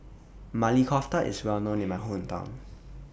Maili Kofta IS Well known in My Hometown